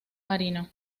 marino